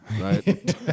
right